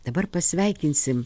dabar pasveikinsim